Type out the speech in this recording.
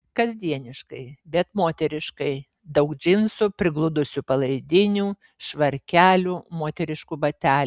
kasdieniškai bet moteriškai daug džinsų prigludusių palaidinių švarkelių moteriškų batelių